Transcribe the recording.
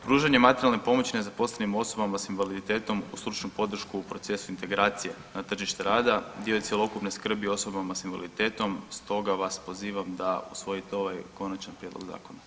Pružanje materijalne pomoći nezaposlenim osobama sa invaliditetom uz stručnu podršku u procesu integracija na tržište rada dio je cjelovite skrbi osobama sa invaliditetom, stoga vas pozivam da usvojite ovaj konačan prijedlog zakona.